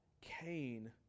Cain